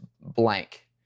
blank